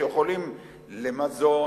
למזון,